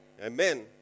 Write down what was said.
Amen